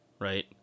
right